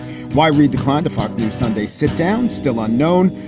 why reid declined the fox news sunday. sit down. still unknown,